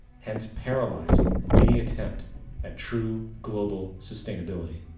hence paralyzing any attempt at true global sustainability.